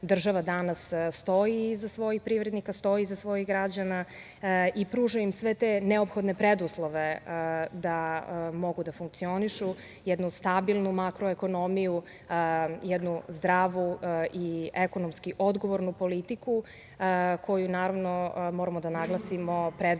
država danas stoji iza svojih privrednika, stoji iza svojih građana i pruža ima sve te neophodne preduslove da mogu da funkcionišu, jednu stabilnu makroekonomiju, jednu zdravu i ekonomski odgovornu politiku, koju moramo da naglasimo, predvodi